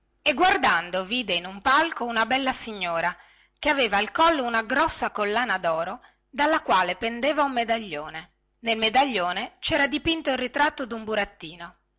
e guardando vide in un palco una bella signora che aveva al collo una grossa collana doro dalla quale pendeva un medaglione nel medaglione cera dipinto il ritratto dun burattino